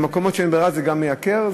במקומות שאין ברירה זה גם מייקר,